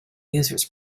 users